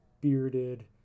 bearded